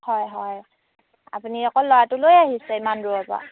হয় হয় আপুনি অকল ল'ৰাটো লৈ আহিছে ইমান দূৰৰ পৰা